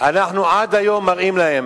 אנחנו עד היום מראים להם.